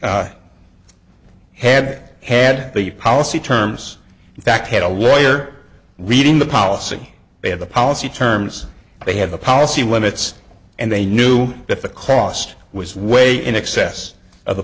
had had the policy terms that had a lawyer reading the policy they had the policy terms they had the policy limits and they knew if the cost was way in excess of the